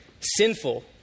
sinful